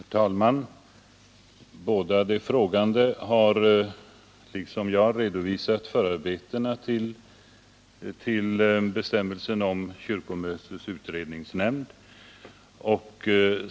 Herr talman! Båda de frågande har liksom jag redovisat förarbetena till bestämmelsen om kyrkomötets utredningsnämnd.